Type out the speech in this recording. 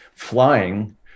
flying